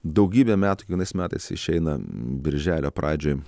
daugybę metų kiekvienais metais išeina birželio pradžioj